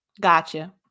Gotcha